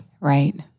Right